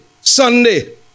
Sunday